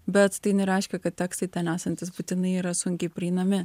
bet tai nereiškia kad tekstai ten esantys būtinai yra sunkiai prieinami